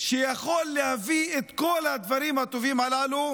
שיכול להביא את כל הדברים הטובים הללו?